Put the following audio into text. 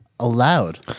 allowed